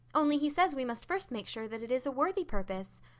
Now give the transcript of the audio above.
only he says we must first make sure that it is a worthy purpose.